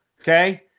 okay